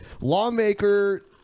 lawmaker